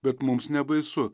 bet mums nebaisu